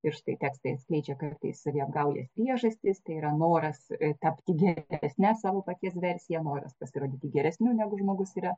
ir štai tekstai atskleidžia kartais saviapgaulės priežastis tai yra noras tapti geresne savo paties versija noras pasirodyti geresniu negu žmogus yra